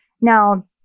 Now